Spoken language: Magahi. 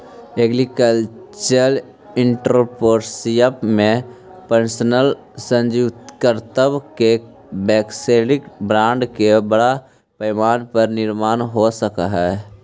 कल्चरल एंटरप्रेन्योरशिप में पर्सनल सृजनात्मकता के वैयक्तिक ब्रांड के बड़ा पैमाना पर निर्माण हो सकऽ हई